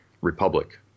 Republic